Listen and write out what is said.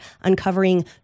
uncovering